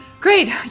Great